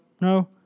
no